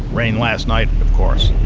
rained last night, of course.